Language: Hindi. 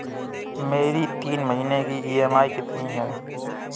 मेरी तीन महीने की ईएमआई कितनी है?